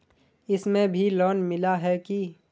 इसमें भी लोन मिला है की